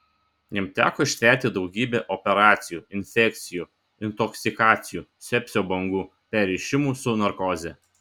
jam teko ištverti daugybę operacijų infekcijų intoksikacijų sepsio bangų perrišimų su narkoze